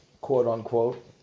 quote-unquote